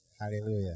hallelujah